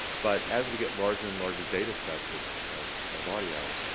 but as we get larger and larger data sets of of of audio,